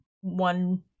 one